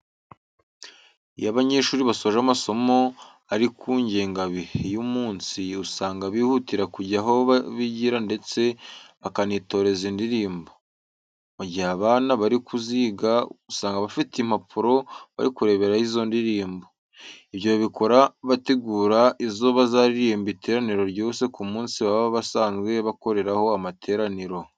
Iyo abanyeshuri basoje amasomo ari ku ngengabihe y'umunsi, usanga bihutira kujya aho bigira ndetse bakanitoreza indirimbo. Mu gihe baba bari kuziga, usanga bafite impapuro bari kureberaho izo ndirimbo . Ibyo babikora bategura izo bazaririmbira iteraniro ryose ku munsi baba basanzwe bakoreraho amateraniro.